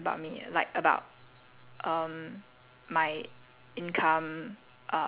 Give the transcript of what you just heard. okay I don't like it when people like they make their assumptions about me like about